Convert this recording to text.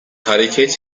hareket